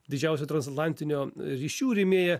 didžiausia transatlantinio ryšių rėmėja